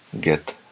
get